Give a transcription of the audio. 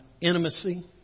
intimacy